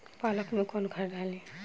पालक में कौन खाद डाली?